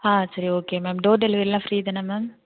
ஆ சரி okay ma'am door டெலிவரிலாம் ஃப்ரீதானே மேம்